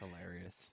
hilarious